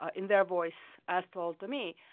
ah in their voice, as told to me.